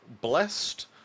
Blessed